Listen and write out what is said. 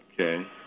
Okay